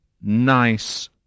nice